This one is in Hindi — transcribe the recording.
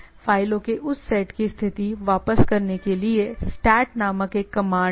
फ़ाइलों के उस सेट की स्थिति वापस करने के लिए STAT नामक एक कमांड है